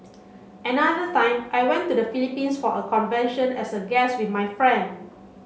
another time I went to the Philippines for a convention as a guest with my friend